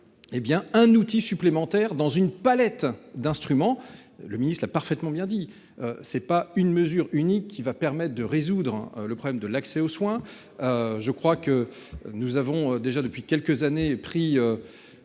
un outil supplémentaire dans une palette d'instruments, le ministre-là parfaitement bien dit c'est pas une mesure unique qui va permettre de résoudre le problème de l'accès aux soins. Je crois que nous avons déjà depuis quelques années pris.